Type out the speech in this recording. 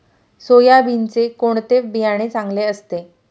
सोयाबीनचे कोणते बियाणे चांगले असते?